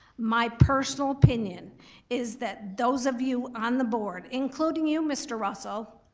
my personal opinion is that those of you on the board, including you mr. russell,